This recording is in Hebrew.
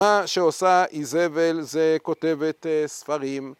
מה שעושה איזבל זה כותבת ספרים